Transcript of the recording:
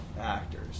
actors